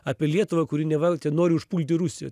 apie lietuvą kuri neva nori užpulti rusiją